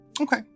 Okay